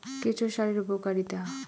কেঁচো সারের উপকারিতা?